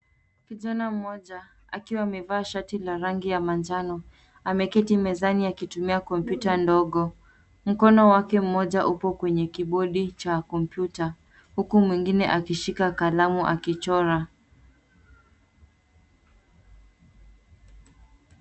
Kijana mmoja akiwa amevaa shati la rangi ya manjano ameketi mezani akitumia kompyuta ndogo. Mkono wake mmoja upo kwenye kibodi cha kompyuta. Huku mwingine akishika kalamu akichora.